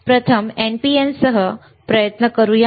तर प्रथम NPN सह प्रयत्न करूया